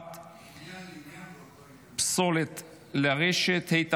לאחר פטירתו של אדם,